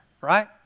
right